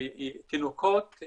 תינוקות,